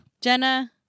Jenna